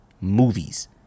movies